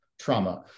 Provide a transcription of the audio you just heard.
trauma